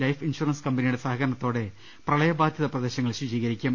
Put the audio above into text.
life insurance കമ്പനിയുടെ സഹകരണത്തോടെ പ്രളയബാധിത പ്രദേശങ്ങൾ ശുചീകരിക്കും